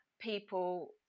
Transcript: people